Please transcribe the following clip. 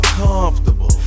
comfortable